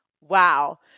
Wow